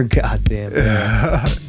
Goddamn